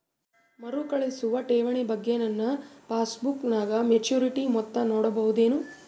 ಮರುಕಳಿಸುವ ಠೇವಣಿ ಬಗ್ಗೆ ನನ್ನ ಪಾಸ್ಬುಕ್ ನಾಗ ಮೆಚ್ಯೂರಿಟಿ ಮೊತ್ತ ನೋಡಬಹುದೆನು?